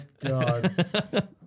God